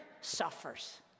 suffers